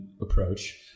approach